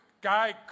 guy